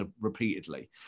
repeatedly